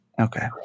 Okay